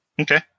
Okay